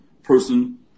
person